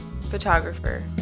photographer